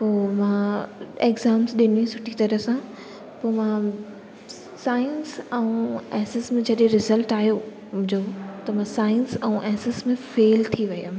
पोइ मां एक्ज़ाम्स ॾिनी सुठी तरह सां पोइ मां साइंस ऐं एस एस में जॾहिं रिसल्ट आयो मुंहिंजो त मां साइंस ऐं एस एस में फेल थी वयमि